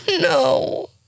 No